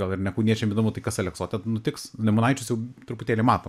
gal ir ne kauniečiam įdomu tai kas aleksote nutiks nemunaičius jau truputėlį matom